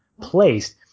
placed